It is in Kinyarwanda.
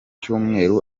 cyumweru